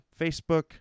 Facebook